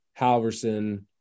Halverson